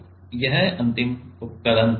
तो यह अंतिम उपकरण है